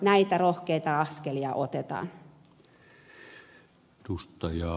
näitä rohkeita askelia otetaan